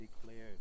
declared